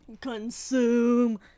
Consume